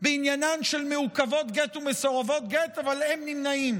בעניינן של מעוכבות גט ומסורבות גט אבל הם נמנעים,